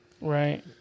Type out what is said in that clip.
Right